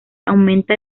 aumenta